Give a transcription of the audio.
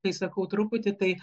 kai sakau truputį tai